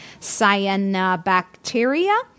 cyanobacteria